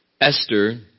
Esther